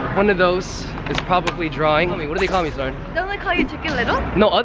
one of those is probably drawing. i mean, what do they call me, sorn? don't they call you chicken little? no,